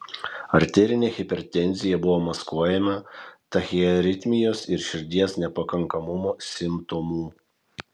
arterinė hipertenzija buvo maskuojama tachiaritmijos ir širdies nepakankamumo simptomų